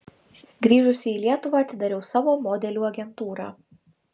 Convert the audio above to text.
grįžusi į lietuvą atidariau savo modelių agentūrą